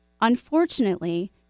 Unfortunately